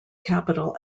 capital